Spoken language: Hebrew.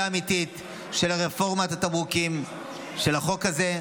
אמיתית של רפורמת התמרוקים של החוק הזה,